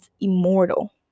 immortal